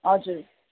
हजुर